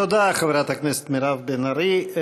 תודה, חברת הכנסת מירב בן ארי.